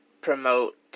promote